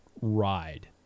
ride